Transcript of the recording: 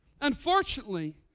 Unfortunately